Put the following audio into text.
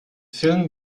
film